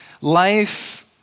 life